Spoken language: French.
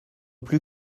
plus